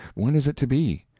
when is it to be?